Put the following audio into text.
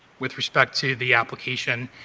with respect to the application.